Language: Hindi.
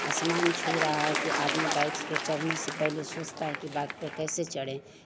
आसमान छू रहा है कि आदमी बाइक़ से चढ़ने से पहले सोचता है कि कैसे चढ़ें